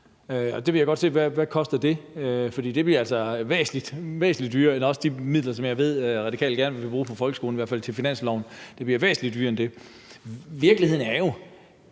det vil jeg godt se hvad koster. For det bliver altså væsentlig dyrere end de midler, som jeg ved Radikale gerne vil bruge på folkeskolen, i hvert fald i forbindelse med finansloven. Det bliver væsentlig dyrere end det. Virkeligheden er jo,